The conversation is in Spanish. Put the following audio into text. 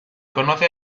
conoce